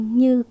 như